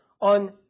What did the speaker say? on